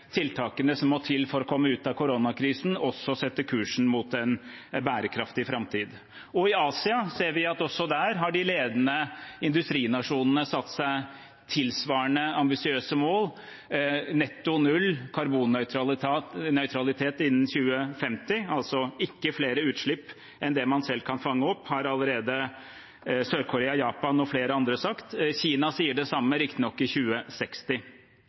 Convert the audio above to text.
tiltakene som må til for å komme ut av koronakrisen, også setter kursen mot en bærekraftig framtid. I Asia ser vi at også der har de ledende industrinasjonene satt seg tilsvarende ambisiøse mål, netto null karbonnøytralitet innen 2050 – altså ikke flere utslipp enn det man selv kan fange opp, har allerede Sør-Korea, Japan og flere andre sagt. Kina sier det samme, riktignok innen 2060.